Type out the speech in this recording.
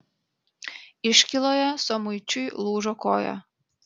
iškyloje samuičiui lūžo koja